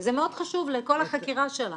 זה מאוד חשוב לכל החקירה שלנו.